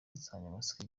insanganyamatsiko